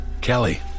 Kelly